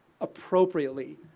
appropriately